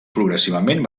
progressivament